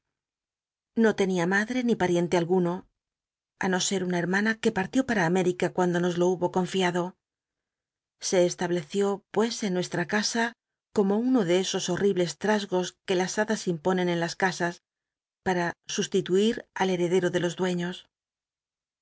no tenia madre ni pariente alguno á no ser una hermana que partió para mérica cuando nos lo hubo confiado se estableció pues en nuestra casa como uno de esos horri bies trasgos que las hadas imponen en las casas para susl itnil al hcl'cdel'a de los dueños